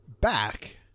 back